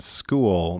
school